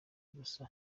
gusa